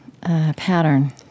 pattern